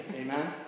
Amen